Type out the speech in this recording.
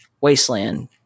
Wasteland